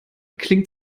klingt